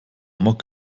amok